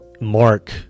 Mark